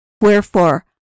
Wherefore